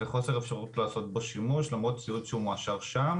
וחוסר אפשרות לעשות בו שימוש למרות שזה ציוד שהוא מאושר שם.